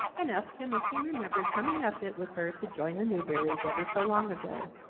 and asked him if he remembered coming up it with her to join the newberry's ever so long ago.